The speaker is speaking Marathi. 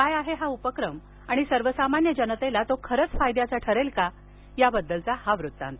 काय आहे तो उपक्रम आणि सर्वसामान्य जनतेला तो खरंच फायद्याचा ठरेल का याबद्दलचा हा वृत्तांत